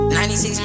96